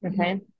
Okay